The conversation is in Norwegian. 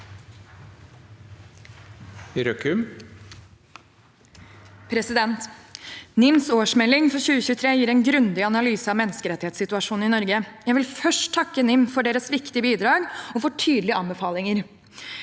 NIMs års- melding for 2023 gir en grundig analyse av menneskerettighetssituasjonen i Norge. Jeg vil først takke NIM for deres viktige bidrag og for tydelige anbefalinger.